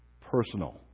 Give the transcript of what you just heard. personal